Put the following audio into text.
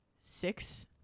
six